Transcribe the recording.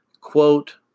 quote